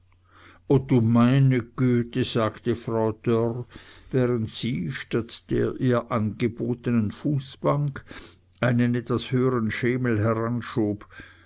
o du meine güte sagte frau dörr während sie statt der ihr angebotenen fußbank einen etwas höheren schemel